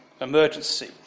emergency